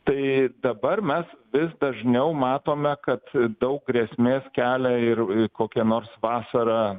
tai dabar mes vis dažniau matome kad daug grėsmės kelia ir kokie nors vasarą